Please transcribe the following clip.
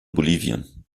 bolivien